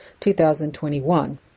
2021